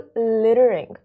littering